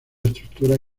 estructura